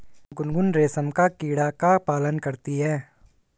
गुनगुन रेशम का कीड़ा का पालन करती है